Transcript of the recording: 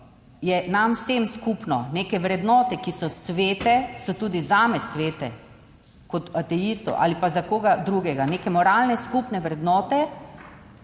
je nam vsem skupno. Neke vrednote, ki so svete, so tudi zame svete, kot ateistov ali pa za koga drugega. Neke moralne skupne vrednote